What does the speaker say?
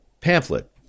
pamphlet